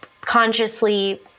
consciously